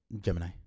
Gemini